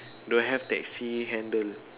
don't have taxi handle